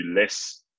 less